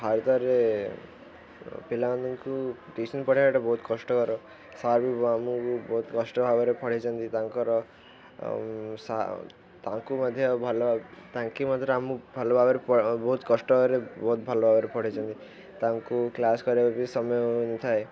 ଭାରତରେ ପିଲାମାନଙ୍କୁ ଟ୍ୟୁସନ୍ ପଢ଼ାଇବାଟା ବହୁତ କଷ୍ଟକର ସାର୍ ବି ଆମକୁ ବହୁତ କଷ୍ଟ ଭାବରେ ପଢ଼ାଇଛନ୍ତି ତାଙ୍କର ତାଙ୍କୁ ମଧ୍ୟ ଭଲ ତାଙ୍କ ମଧ୍ୟରେ ଆମକୁ ଭଲ ଭାବରେ ବହୁତ କଷ୍ଟରେ ବହୁତ ଭଲ ଭାବରେ ପଢ଼ାଇଚନ୍ତି ତାଙ୍କୁ କ୍ଲାସ୍ କରିବା ବି ସମୟ ହୋଇନଥାଏ